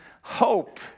hope